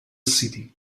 city